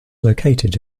located